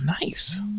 Nice